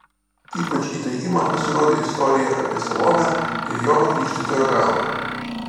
ypač įtaigi man pasirodė istorija apie salomę ir jono krikštytojo galvą